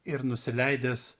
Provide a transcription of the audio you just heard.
ir nusileidęs